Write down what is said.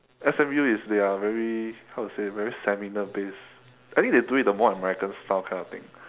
S_M_U is they're very how to say very seminar based I think they do it the more american style kind of thing